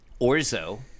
Orzo